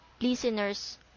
listeners